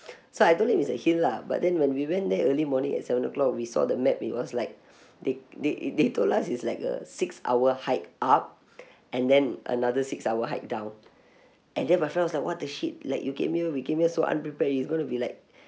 so I told him it's a hill lah but then when we went there early morning at seven O'clock we saw the map it was like they they they told us is like a six hour hike up and then another six hour hike down and then was like what the shit like you came here we came here so unprepared it's going to be like